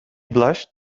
blushed